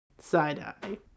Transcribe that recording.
Side-eye